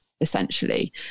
essentially